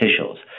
officials